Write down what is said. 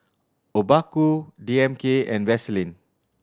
Obaku D M K and Vaseline